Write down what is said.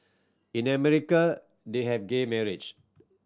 in America they have gay marriage